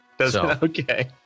Okay